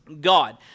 God